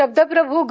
शब्दप्रभ् ग